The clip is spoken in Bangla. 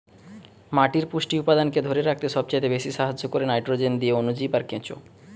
মাটির পুষ্টি উপাদানকে ধোরে রাখতে সবচাইতে বেশী সাহায্য কোরে নাইট্রোজেন দিয়ে অণুজীব আর কেঁচো